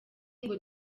ngo